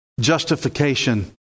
justification